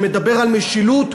שמדבר על המשילות,